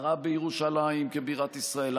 הכרה בירושלים כבירת ישראל,